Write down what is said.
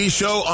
show